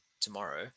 tomorrow